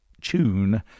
tune